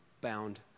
bound